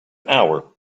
hour